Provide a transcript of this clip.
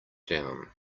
down